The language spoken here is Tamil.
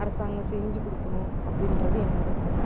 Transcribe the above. அரசாங்கம் செஞ்சு கொடுக்கணும் அப்படின்றது என்னோடய கருத்து